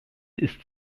ist